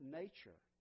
nature